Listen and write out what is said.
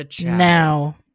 now